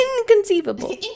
Inconceivable